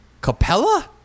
Capella